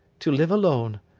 to live alone.